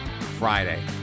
Friday